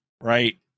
right